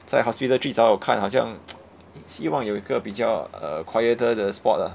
在 hospital 找找看好像 希望有一个比较 uh quieter 的 spot lah